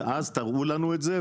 ואז תראו לנו את זה,